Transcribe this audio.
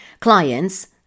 clients